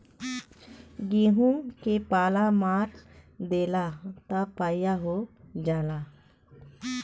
गेंहू के पाला मार देला त पइया हो जाला